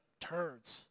turds